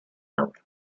labor